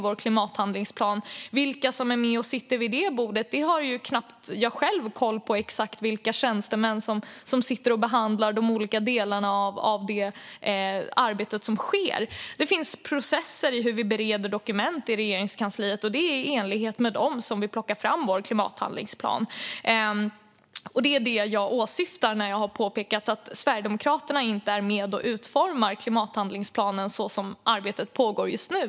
Vilka tjänstemän som sitter vid det bordet och behandlar de olika delarna har jag knappt själv koll på. Det finns processer för hur vi bereder dokument i Regeringskansliet, och det är i enlighet med dem som vi tar fram vår klimathandlingsplan. Det är detta jag har åsyftat när jag har sagt att Sverigedemokraterna inte är med och utformar klimathandlingsplanen som arbetet pågår just nu.